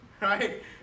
Right